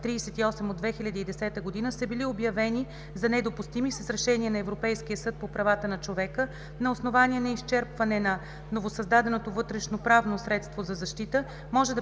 38 от 2010 г.) са били обявени за недопустими с решение на Европейския съд по правата на човека на основание неизчерпване на новосъздаденото вътрешноправно средство за защита,